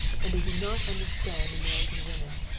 and they do not understand american women.